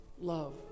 love